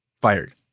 Fired